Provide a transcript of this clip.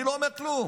אני לא אומר כלום.